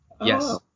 Yes